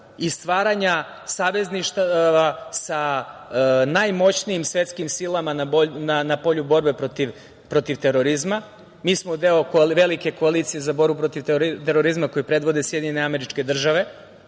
i stvaranja savezništava sa najmoćnijim svetskim silama na polju borbe protiv terorizma. Mi smo deo velike koalicije za borbu protiv terorizma koju predvode SAD.Mi, naravno,